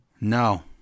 No